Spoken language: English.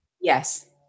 Yes